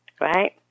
Right